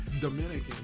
Dominican